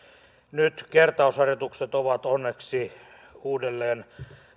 nyt kertausharjoitukset ovat onneksi uudelleen